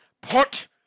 put